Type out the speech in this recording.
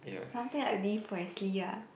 something I live wisely ah